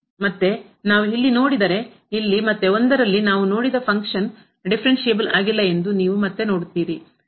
ಮತ್ತು ನಾವು ಇಲ್ಲಿ ನೋಡಿದರೆ ಇಲ್ಲಿ ಮತ್ತೆ 1 ರಲ್ಲಿ ನಾವು ನೋಡಿದ ಫಂಕ್ಷನ್ ಕಾರ್ಯವು ದಿಫರೆನ್ಸ್ಸಿಬಲ್ ಆಗಿಲ್ಲ ಎಂದು ನೀವು ಮತ್ತೆ ನೋಡುತ್ತೀರಿ